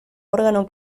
órgano